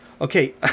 okay